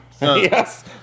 Yes